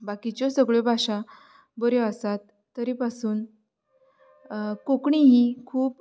बाकीच्यो सगळ्यो भाशा बऱ्यो आसात तरी पासून कोंकणी ही खूब